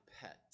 pet